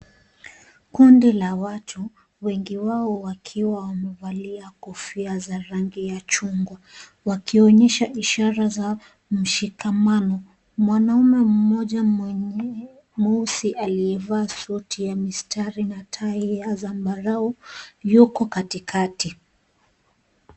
Kundi la watu, wengi wao wakiwa wamevalia kofia za rangi ya chungwa ,wakionyesha ishara za mshikamano ,mwanamume mmoja mweusi aliyevaa suti ya mistari na tai ya zambarau yuko katikati .